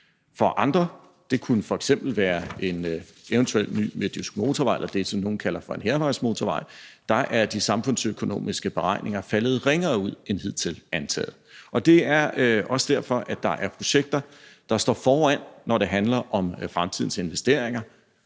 For andre – det kunne f.eks. være en eventuel ny midtjysk motorvej eller det, som nogle kalder for en hærvejsmotorvej – er de samfundsøkonomiske beregninger faldet ringere ud end hidtil antaget. Det er også derfor, der er projekter, der står foran, når det handler om fremtidens investeringer.